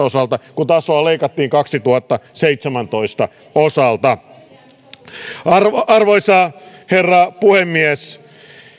osalta ja kun tasoa leikattiin vuoden kaksituhattaseitsemäntoista osalta arvoisa herra puhemies